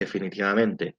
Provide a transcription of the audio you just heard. definitivamente